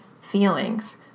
feelings